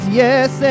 yes